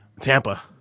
Tampa